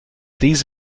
these